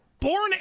born